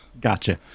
gotcha